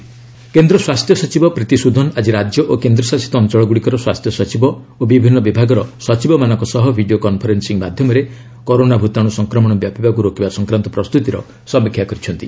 GoM corona କେନ୍ଦ୍ର ସ୍ୱାସ୍ଥ୍ୟ ସଚିବ ପ୍ରୀତି ସୁଦନ ଆଜି ରାଜ୍ୟ ଓ କେନ୍ଦ୍ର ଶାସିତ ଅଞ୍ଚଳଗୁଡ଼ିକର ସ୍ୱାସ୍ଥ୍ୟ ସଚିବ ଓ ବିଭିନ୍ନ ବିଭାଗର ସଚିବମାନଙ୍କ ସହ ଭିଡ଼ିଓ କନ୍ଫରେନ୍ସିଂ ମାଧ୍ୟମରେ କରୋନା ଭୂତାଣୁ ସଂକ୍ରମଣ ବ୍ୟାପିବାକୁ ରୋକିବା ସଂକ୍ରାନ୍ତ ପ୍ରସ୍ତୁତିର ସମୀକ୍ଷା କରିଛନ୍ତି